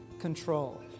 control